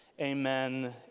amen